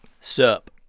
Sup